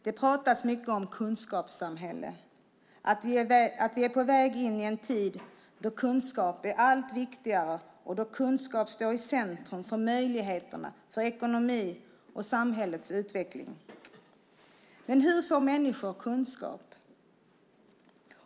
Det pratas mycket om kunskapssamhället, att vi är på väg in i en tid då kunskap är allt viktigare och då kunskap står i centrum för möjligheterna, ekonomin och samhällets utveckling. Men hur får människor kunskap?